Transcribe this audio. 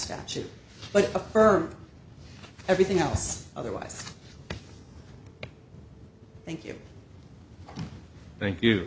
statute but affirm everything else otherwise thank you thank you